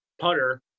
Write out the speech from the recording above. putter